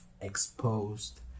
exposed